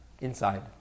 inside